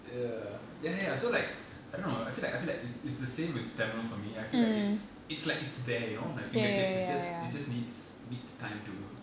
ya ya ya so like I don't know I feel like I fell like it's it's the same with tamil for me I feel like it's it's like it's there you know my fingertips it's just it just needs needs time to